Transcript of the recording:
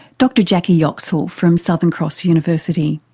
dr jacqui yoxall from southern cross university.